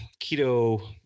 keto